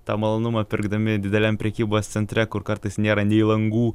tą malonumą pirkdami dideliam prekybos centre kur kartais nėra nei langų